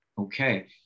Okay